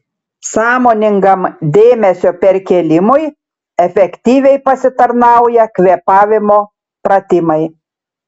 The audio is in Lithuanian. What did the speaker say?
sąmoningam dėmesio perkėlimui efektyviai pasitarnauja kvėpavimo pratimai